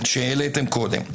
שהעליתם קודם,